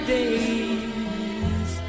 days